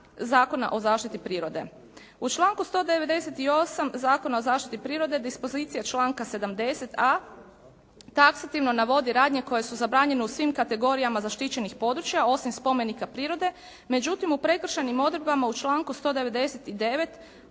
U članku 198. Zakona o zaštiti prirode dispozicija članka 70.a taksativno navodi radnje koje su zabranjene u svim kategorijama zaštićenih područja, osim spomenika prirode. Međutim, u prekršajnim odredbama u članku 198.